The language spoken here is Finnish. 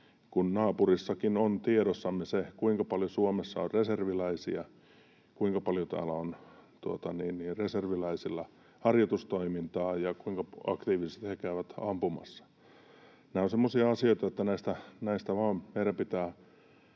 kun naapurissakin on tiedossa, kuinka paljon Suomessa on reserviläisiä, kuinka paljon täällä on reserviläisillä harjoitustoimintaa ja kuinka aktiivisesti he käyvät ampumassa. Nämä ovat semmoisia asioita, että näistä vain meidän pitää